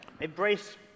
embrace